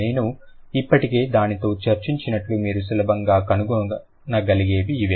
నేను ఇప్పటికే దానితో చర్చించినట్లు మీరు సులభంగా కనుగొనగలిగేవి ఇవి